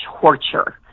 torture